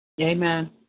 Amen